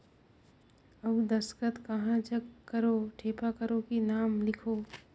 अउ दस्खत कहा जग करो ठेपा करो कि नाम लिखो?